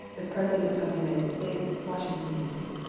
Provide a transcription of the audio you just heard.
the president of the united states, washington, d c.